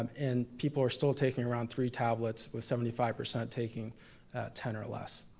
and people are still taking around three tablets with seventy five percent taking ten or less.